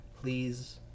please